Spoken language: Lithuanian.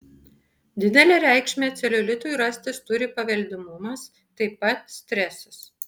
didelę reikšmę celiulitui rastis turi paveldimumas taip pat stresas